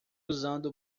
usando